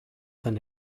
than